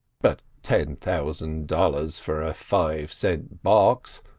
but ten thousand dollars for a five-cent box